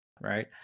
Right